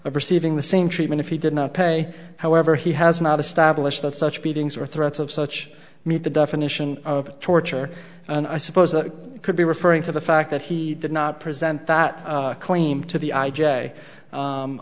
of receiving the same treatment if he did not pay however he has not established that such beatings were threats of such meet the definition of torture and i suppose that could be referring to the fact that he did not present that claim to the i